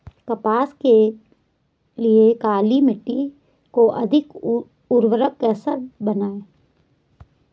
कपास के लिए काली मिट्टी को अधिक उर्वरक कैसे बनायें?